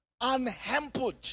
unhampered